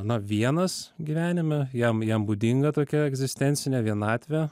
na vienas gyvenime jam jam būdinga tokia egzistencinė vienatvė